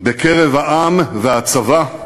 בקרב העם והצבא,